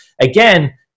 Again